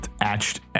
etched